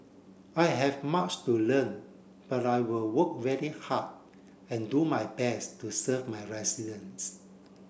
I have much to learn but I will work very hard and do my best to serve my residents